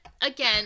again